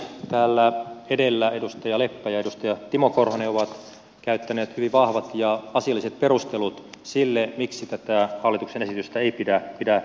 täällä edellä edustaja leppä ja edustaja timo korhonen ovat käyttäneet hyvin vahvat ja asialliset perustelut sille miksi tätä hallituksen esitystä ei pidä hyväksyä